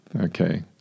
okay